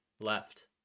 left